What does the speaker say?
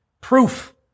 proof